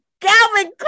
Calvin